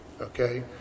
Okay